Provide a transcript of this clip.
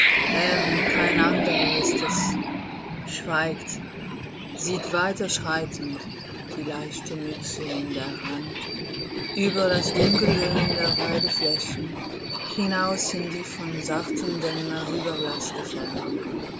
und kein anderer ist es schweigt sieht weiterschreitend die leichte mütze in der hand über das dunkle grün der weideflächen hinaus in die von sachtem dämmern überblaßte ferne